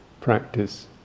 practice